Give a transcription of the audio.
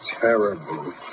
terrible